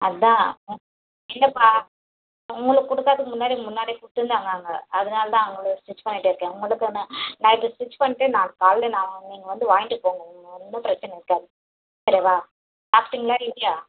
அதுதான் இல்லைப்பா உங்களுக்கு கொடுக்குறதுக்கு முன்னாடி முன்னாடியே கொடுத்துருந்தாங்க அங்கே அதனால் தான் அவங்களுக்கு ஸ்டிச் பண்ணிட்டு இருக்கேன் உங்களுக்கு நான் நான் இப்போ ஸ்டிச் பண்ணிட்டு நாளைக்கு காலைலே நான் நீங்கள் வந்து வாங்கிட்டு போங்கள் உங்களுக்கு ஒன்றும் பிரச்சனை இருக்காது சரியாப்பா சாப்பிட்டிங்களா இல்லையா